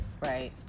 Right